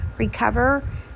recover